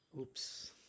oops